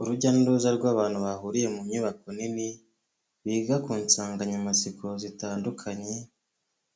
Urujya n'uruza rw'abantu bahuriye mu nyubako nini, biga ku nsanganyamatsiko zitandukanye,